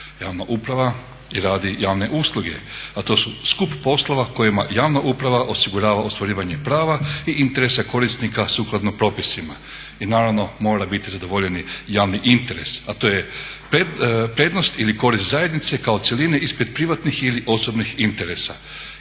Javna uprava radi i javne usluge, a to su skup poslova kojima javna uprava osigurava ostvarivanje prava i interese korisnika sukladno propisima. I naravno moraju biti zadovoljeni javni interes, a to je prednost ili korist zajednice kao cjeline ispred privatnih ili osobnih interesa